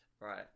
Right